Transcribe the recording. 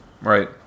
right